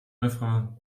refrain